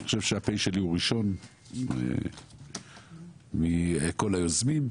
חושב שהפ"א שלה הוא ראשון מכל היוזמים.